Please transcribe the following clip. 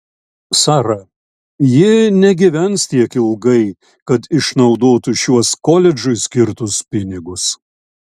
sara ji negyvens tiek ilgai kad išnaudotų šiuos koledžui skirtus pinigus